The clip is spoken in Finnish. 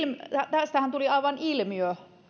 tästähän tuli aivan ilmiö